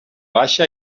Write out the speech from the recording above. baixa